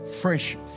fresh